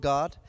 God